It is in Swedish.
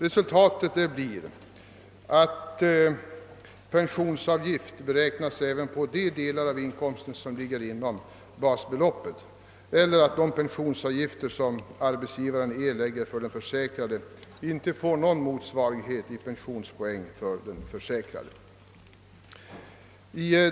Resultatet blir att pensionsavgift beräknas även på de delar av inkomsten som ligger inom basbeloppet eller att de pensionsavgifter som arbetsgivaren erlägger för den försäkrade inte får någon motsvarighet i pensionspoäng för den försäkrade.